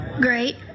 Great